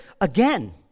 again